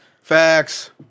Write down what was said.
Facts